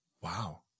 wow